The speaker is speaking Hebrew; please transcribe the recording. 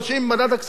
בוועדת הכספים,